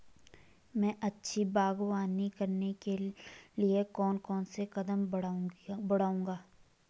मैं अच्छी बागवानी करने के लिए कौन कौन से कदम बढ़ाऊंगा?